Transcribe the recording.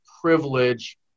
privilege